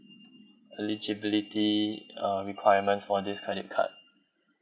eligibility uh requirements for this credit card